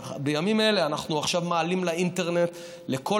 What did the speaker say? בימים אלה אנחנו מעלים לאינטרנט לכל